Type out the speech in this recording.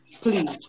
please